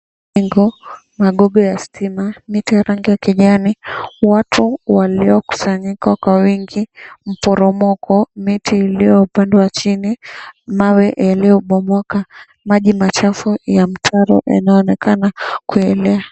Jengo, magogo ya stima, miti ya rangi ya kijani, watu waliokusanyika kwa wingi, mporomoko, miti iliyo upande wa chini, mawe yaliyobomoka, maji machafu ya mtaro yanaonekana kuelea.